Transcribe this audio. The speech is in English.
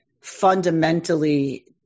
fundamentally